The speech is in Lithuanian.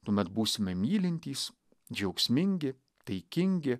tuomet būsime mylintys džiaugsmingi taikingi